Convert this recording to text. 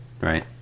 right